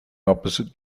opposite